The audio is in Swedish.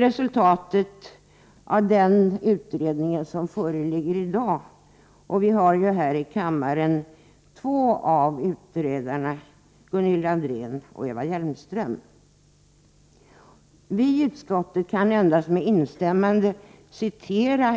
Resultatet av denna nya utredning föreligger i dag, och vi har ju här i kammaren två av utredarna — Gunilla André och Eva Hjelmström. Vi i utskottet kan endast med instämmande citera